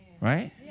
Right